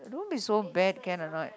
don't be so bad can or not